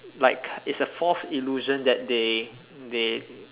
like it's a false illusion that they they